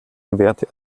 gewährte